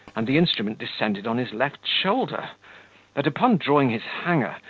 and the instrument descended on his left shoulder that, upon drawing his hanger,